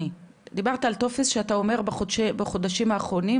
דיברת על טופס שאתה אומר בחודשים האחרונים,